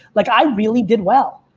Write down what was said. like i really did well.